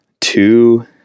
two